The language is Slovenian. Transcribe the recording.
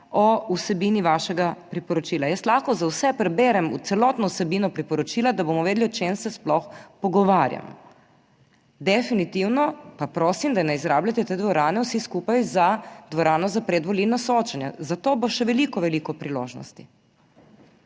o vsebini vašega priporočila. Jaz lahko za vse preberem v celotno vsebino priporočila, da bomo vedeli o čem se sploh pogovarjamo. Definitivno pa prosim, da ne izrabljate te dvorane vsi skupaj za dvorano za predvolilna soočenja, zato bo še veliko, veliko priložnosti.